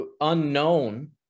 unknown